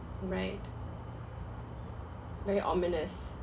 right very ominous